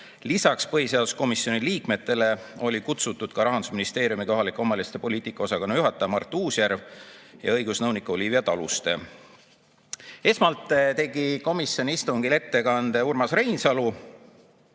Lisaks põhiseaduskomisjoni liikmetele olid kutsutud ka Rahandusministeeriumi kohalike omavalitsuste poliitika osakonna juhataja Mart Uusjärv ja õigusnõunik Olivia Taluste. Esmalt tegi komisjoni istungil ettekande Urmas Reinsalu,